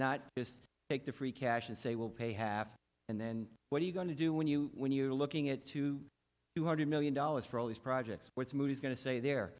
not just take the free cash and say we'll pay half and then what are you going to do when you when you're looking at two hundred million dollars for all these projects what's movies going to say there